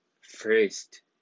first